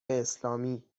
اسلامی